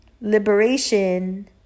liberation